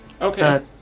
Okay